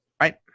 Right